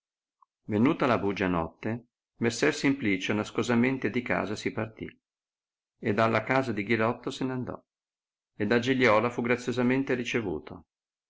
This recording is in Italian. venuta la bugia notte messer simplicio nascosamente di casa si partì ed alla casa di ghirotto se n andò e da giliola fu graziosamente ricevuto